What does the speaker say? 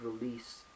release